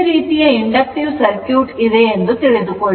ಈ ರೀತಿಯ inductive circuit ಇದೆಯೆಂದು ತಿಳಿದುಕೊಳ್ಳಿ